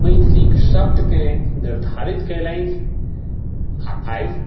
मैथिलीक शब्दकेँ निर्धारित कयलनि आ आइ